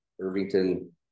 Irvington